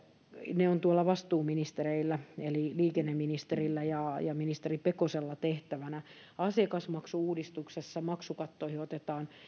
ne ovat tuolla vastuuministereillä eli liikenneministerillä ja ja ministeri pekosella tehtävänä asiakasmaksu uudistuksessa maksukattoihin otetaan